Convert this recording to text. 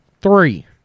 three